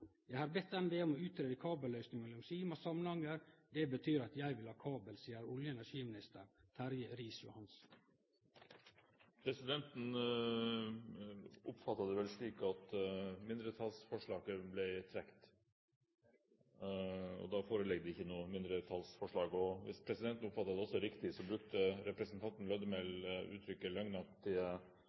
Jeg har bedt NVE utrede kabelløsning mellom Sima og Samnanger. Det betyr at jeg vil ha kabel». Det sa olje- og energiminister Terje Riis-Johansen. Er det riktig som presidenten oppfattet det, at mindretallsforslaget ble trukket? Det er riktig! Da foreligger det ikke noe mindretallsforslag. Hvis presidenten oppfattet også dette riktig, brukte representanten Lødemel uttrykket